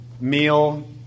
meal